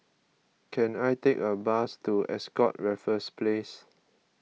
can I take a bus to Ascott Raffles Place